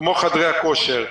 כמו חדרי הכושר,